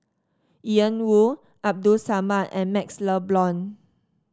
Ian Woo Abdul Samad and MaxLe Blond